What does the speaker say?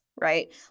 right